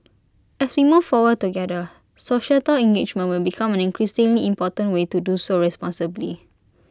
as we move forward together societal engagement will become an increasingly important way to do so responsibly